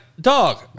dog